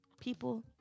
People